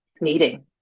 needing